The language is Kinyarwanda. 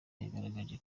yaragerageje